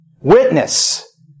witness